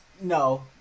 No